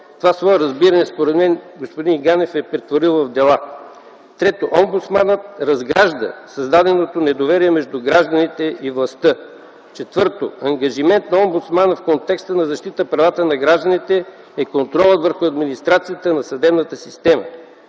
това свое разбиране господин Ганев е претворил в дела. Трето, Омбудсманът разгражда създаденото недоверие между гражданите и властта. Четвърто, ангажимент на Омбудсмана в контекста на защита на правата на гражданите е контролът върху администрацията на съдебната система.